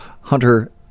Hunter